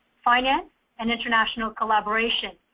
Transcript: finance and international collaboration.